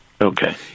Okay